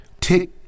tick